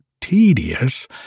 tedious